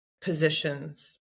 positions